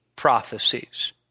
prophecies